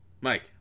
Mike